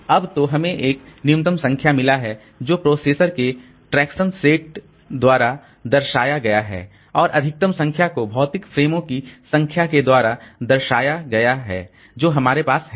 अब तो हमें एक न्यूनतम संख्या मिला है जो प्रोसेसर के ट्रेक्शन सेट द्वारा दर्शाया गया है और अधिकतम संख्या को भौतिक फ़्रेमों की संख्या के द्वारा दर्शाया गया है जो हमारे पास हैं